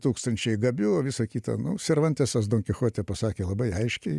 tūkstančiai gabių o visa kita nu servantesas donkichote pasakė labai aiškiai